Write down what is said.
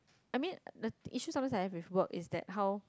I mean the issues sometimes I have with work is that how